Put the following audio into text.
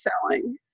selling